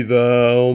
Thou